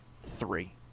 three